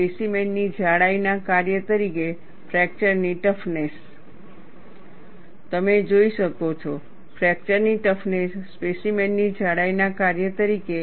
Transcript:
specimen ની જાડાઈ ના કાર્ય તરીકે ફ્રેક્ચરની ટફનેસ અને તમે જોઈ શકો છો ફ્રેક્ચરની ટફનેસ સ્પેસીમેન ની જાડાઈ ના કાર્ય તરીકે